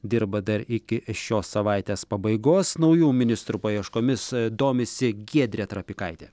dirba dar iki šios savaitės pabaigos naujų ministrų paieškomis domisi giedrė trapikaitė